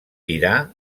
tirà